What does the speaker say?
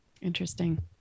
Interesting